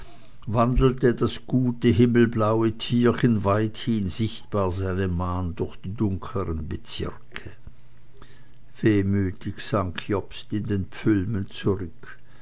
wandelte das gute himmelblaue tierchen weithin sichtbar seine bahn durch die dunkleren bezirke wehmütig sank jobst in den pfülmen zurück